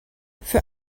für